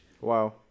Wow